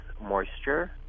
moisture